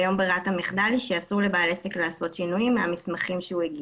כיום ברירת המחדל היא שאסור לבעל עסק לעשות שינויים מהמסמכים שהוא הגיש.